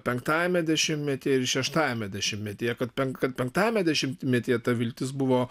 penktajame dešimtmetyje ir šeštajame dešimtmetyje kad pen kad penktajame dešimtmetyje ta viltis buvo